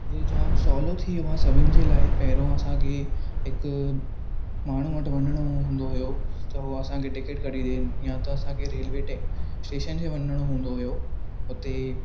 हे जाम सहूलो थी वियो आहे सभिनि जे लाइ पहिरियों आसांखे हिकु माण्हू वटि वञिणो हूंदो हुओ त उहे असांखे टिकेट कढी ॾियनि ॾिए या त असांखे रेलवे टै स्टेशन ते वञिणो हूंदो हुओ हुते